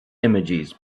images